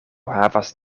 havas